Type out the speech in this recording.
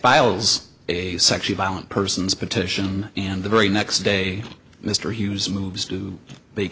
files a section violent persons petition and the very next day mr hughes moves do they